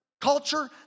culture